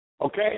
Okay